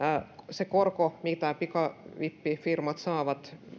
se korko mitä pikavippifirmat saavat